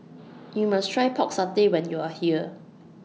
YOU must Try Pork Satay when YOU Are here